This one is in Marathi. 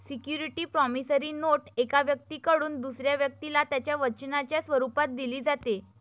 सिक्युरिटी प्रॉमिसरी नोट एका व्यक्तीकडून दुसऱ्या व्यक्तीला त्याच्या वचनाच्या स्वरूपात दिली जाते